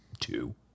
two